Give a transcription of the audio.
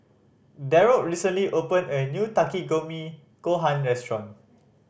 Darold recently opened a new Takikomi Gohan Restaurant